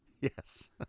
yes